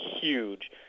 huge